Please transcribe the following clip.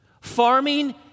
Farming